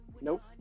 Nope